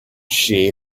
she